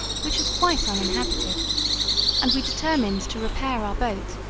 which was quite uninhabited and we determined to repair our boat,